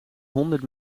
honderd